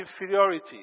inferiority